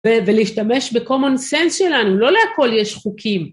ולהשתמש בקומונסנס שלנו, לא להכל יש חוקים.